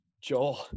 Joel